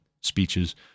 speeches